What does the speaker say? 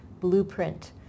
blueprint